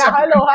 hello